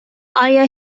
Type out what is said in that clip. آیا